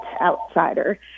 outsider